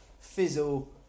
fizzle